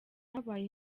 habaye